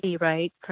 right